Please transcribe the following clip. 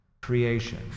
creation